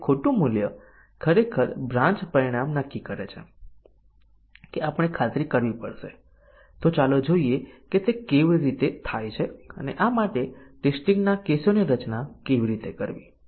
તેથી જો આ વિધાન માટે મલ્ટીપલ કંડિશન કવરેજ પ્રાપ્ત કરવા માટે આપણને ચાર ટેસ્ટીંગ કેસની જરૂર છે